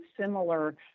similar